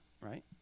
right